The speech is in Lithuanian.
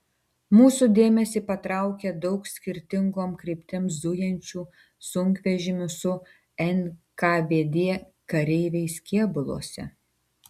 mūsų dėmesį patraukė daug skirtingom kryptim zujančių sunkvežimių su nkvd kareiviais kėbuluose